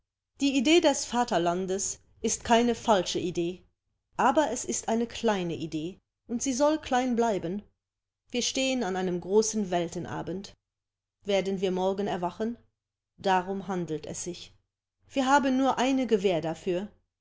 die idee des vaterlandes ist keine falsche idee aber es ist eine kleine idee und sie soll klein bleiben wir stehen an einem großen weltenabend werden wir morgen erwachen darum handelt es sich wir haben nur eine gewähr dafür